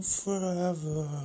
forever